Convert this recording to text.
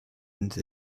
into